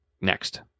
next